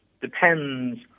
depends